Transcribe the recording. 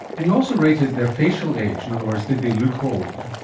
and you also rated their facial age, in other words, did they look old.